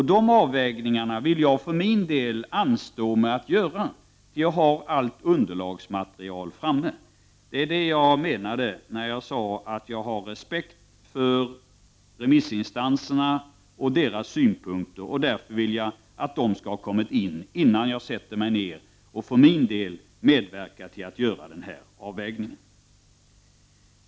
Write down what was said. Sådana avvägningar låter jag för min del anstå tills jag har hela underlaget. Det är vad jag menade när jag sade att jag har respekt för remissinstanserna och deras synpunkter. Således vill jag att deras synpunkter skall ha kommit in innan jag sätter mig ned och medverkar till den här avvägningen.